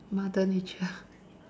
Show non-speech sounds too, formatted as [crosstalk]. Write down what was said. mother nature [laughs]